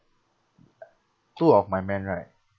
two of my men right